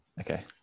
okay